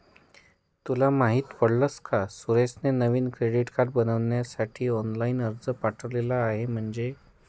तुला माहित पडल का सुरेशने नवीन क्रेडीट कार्ड बनविण्यासाठी ऑनलाइन अर्ज पाठविला आहे म्हणे